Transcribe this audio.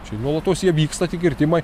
čia nuolatos jie vyksta tie kirtimai